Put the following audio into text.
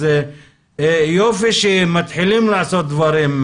יופי שמתחילים לעשות דברים,